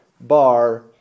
bar